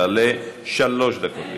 שלוש דקות.